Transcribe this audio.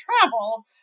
travel